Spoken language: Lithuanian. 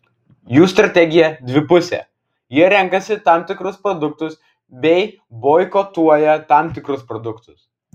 jų strategija dvipusė jie renkasi tam tikrus produktus bei boikotuoja tam tikrus produktus